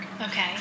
Okay